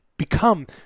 Become